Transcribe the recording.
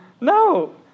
No